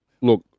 look